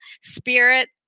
Spirit